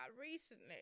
recently